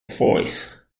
voice